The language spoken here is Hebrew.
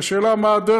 השאלה היא רק מה הדרך,